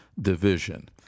division